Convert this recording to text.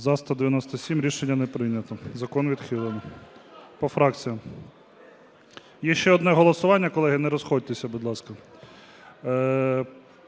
За-197 Рішення не прийнято. Закон відхилений. По фракціях. І ще одне голосування, колеги, не розходьтеся, будь ласка.